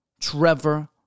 Trevor